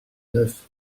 neuf